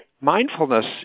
mindfulness